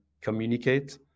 communicate